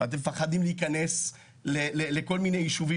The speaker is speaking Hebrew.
ואתם מפחדים להיכנס לכל מיני יישובים